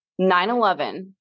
9-11